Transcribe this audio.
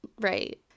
right